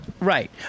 Right